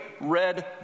red